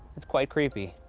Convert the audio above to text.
it's quite creepy.